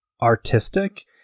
artistic